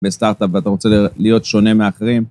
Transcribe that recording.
בסטארט-אפ ואתה רוצה להיות שונה מאחרים.